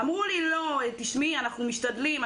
אמרו לי: אנחנו משתדלים,